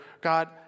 God